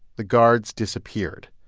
the guards disappeared.